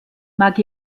mag